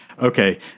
okay